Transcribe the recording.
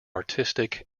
artistic